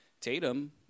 Tatum